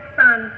son